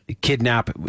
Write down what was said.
kidnap